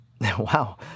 Wow